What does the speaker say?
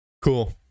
Cool